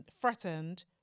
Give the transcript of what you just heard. threatened